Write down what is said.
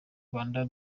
rwanda